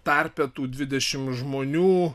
tarpe tų dvidešimt žmonių